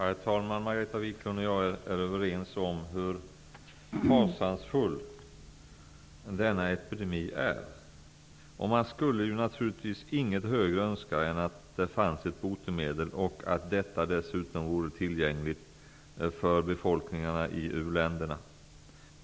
Herr talman! Margareta Viklund och jag är överens om hur fasansfull denna epidemi är. Man skulle naturligtvis inget högre önska än att det fanns ett botemedel, som dessutom vore tillgängligt för befolkningarna i u-länderna.